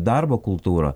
darbo kultūra